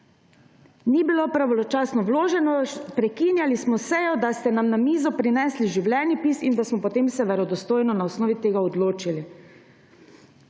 Ni bilo pravočasno vloženo, prekinjali smo sejo, da ste nam na mizo prinesli življenjepis in da smo se potem verodostojno na osnovi tega odločili.